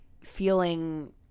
feeling